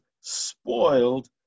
spoiled